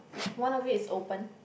one of it is open